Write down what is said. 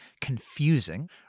confusing